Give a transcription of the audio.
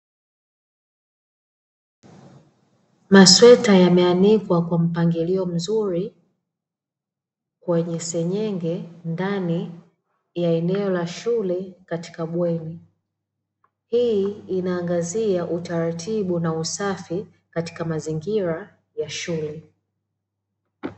Masweta yameanikwa kwa mpangilio mzuri kwenye seng'eng'e ndani ya eneo la shule katika bweni. Hii inaangazia utaratibu na usafi katika mazingira ya shule.